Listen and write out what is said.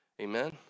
Amen